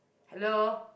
hello